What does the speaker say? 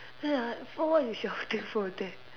ya for what you shouting for that